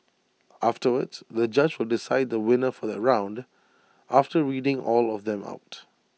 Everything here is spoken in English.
afterwards the judge will decide the winner for that round after reading all of them out